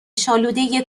شالودهی